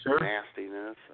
nastiness